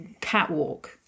catwalk